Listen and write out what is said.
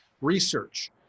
research